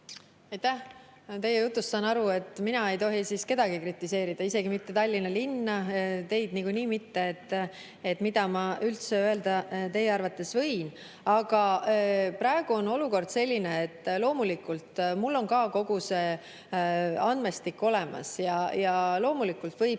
Aitäh! Teie jutust saan aru, et mina ei tohi kedagi kritiseerida, isegi mitte Tallinna linna, teid niikuinii mitte. Mida ma teie arvates üldse öelda võin? Aga praegu on olukord selline, et loomulikult mul on ka kogu see andmestik olemas ja loomulikult võib